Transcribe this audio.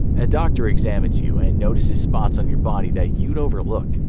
a doctor examines you, and notices spots on your body that you'd overlooked.